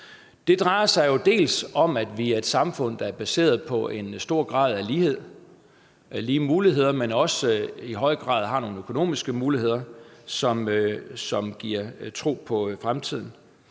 Det drejer sig om, at vi er et samfund, der dels er baseret på en stor grad af lighed og lige muligheder, dels i høj grad også har nogle økonomiske muligheder, som giver en tro på fremtiden.